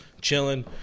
chilling